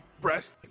breast